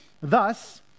Thus